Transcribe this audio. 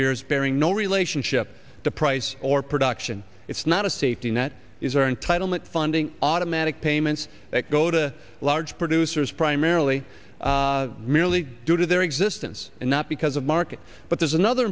years bearing no relationship to price or production it's not a safety net is our entitlement funding automatic payments that go to large producers primarily merely due to their existence and not because of markets but there's another